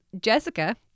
Jessica